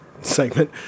segment